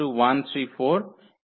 তো কী হবে